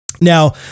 Now